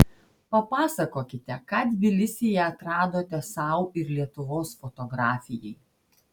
papasakokite ką tbilisyje atradote sau ir lietuvos fotografijai